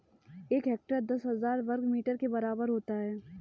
एक हेक्टेयर दस हजार वर्ग मीटर के बराबर होता है